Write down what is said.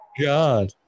God